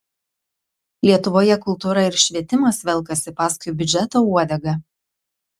lietuvoje kultūra ir švietimas velkasi paskui biudžeto uodegą